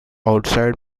outside